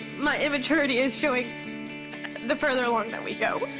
my immaturity is showing the further along that we go.